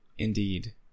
Indeed